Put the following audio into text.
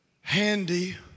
handy